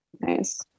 Nice